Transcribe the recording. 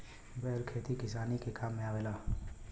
बैल खेती किसानी के काम में आवेला